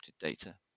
data